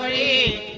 a